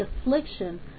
affliction